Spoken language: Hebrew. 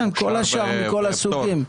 כן, כל השאר מכל הסוגים.